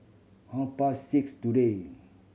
half past six today